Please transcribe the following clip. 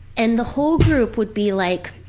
and the whole group would be like,